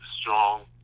strong